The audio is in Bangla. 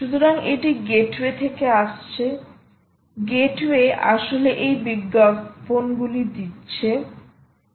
সুতরাং এটি থেকে আসছে গেটওয়ে আসলে এই বিজ্ঞাপনগুলি দিচ্ছে